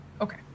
Okay